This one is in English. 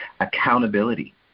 Accountability